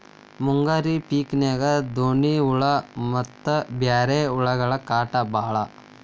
ಮುಂಗಾರಿ ಪಿಕಿನ್ಯಾಗ ಡೋಣ್ಣಿ ಹುಳಾ ಮತ್ತ ಬ್ಯಾರೆ ಹುಳಗಳ ಕಾಟ ಬಾಳ